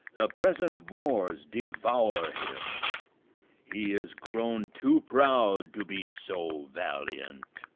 the present wars devour him he is grown too proud to be so valiant.